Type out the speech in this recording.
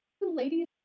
ladies